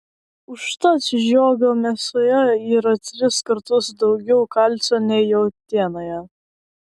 užtat žiogo mėsoje yra tris kartus daugiau kalcio nei jautienoje